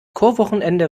chorwochenende